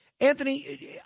Anthony